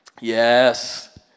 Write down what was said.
Yes